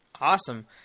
Awesome